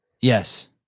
Yes